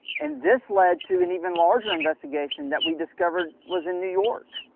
and this led to an even larger investigation that we discovered was in new york.